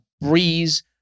Breeze